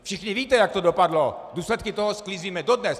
Všichni víte, jak to dopadlo, důsledky toho sklízíme dodnes.